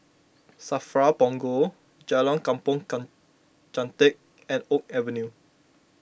Safra Punggol Jalan Kampong kam Chantek and Oak Avenue